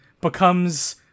Becomes